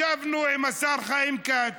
ישבנו עם השר חיים כץ.